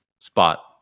spot